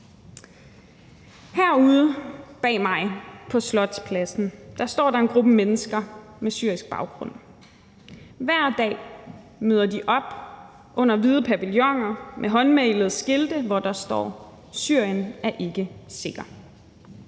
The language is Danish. Herude bag mig på Slotspladsen står der en gruppe mennesker med syrisk baggrund. Hver dag møder de op under hvide pavilloner med håndmalede skilte, hvor der står: Syrien er ikke sikker.